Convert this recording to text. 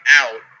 out